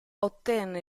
ottenne